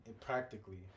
practically